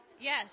Yes